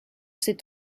ses